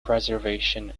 preservation